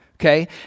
Okay